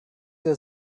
der